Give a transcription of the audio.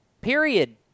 Period